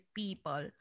people